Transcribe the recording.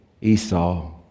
Esau